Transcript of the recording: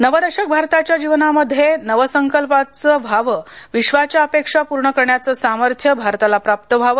नवं दशक भारताच्या जीवनामध्ये नवसंकल्पाचे व्हावविश्वाच्या अपेक्षा पूर्ण करण्याचसामर्थ्य भारताला प्राप्त व्हाव